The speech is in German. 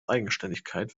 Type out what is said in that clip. eigenständigkeit